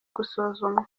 gusuzumwa